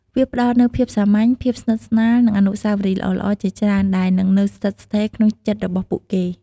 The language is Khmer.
វាផ្ដល់នូវភាពសាមញ្ញ ភាពស្និទ្ធស្នាល និងអនុស្សាវរីយ៍ល្អៗជាច្រើនដែលនឹងនៅស្ថិតស្ថេរក្នុងចិត្តរបស់ពួកគេ។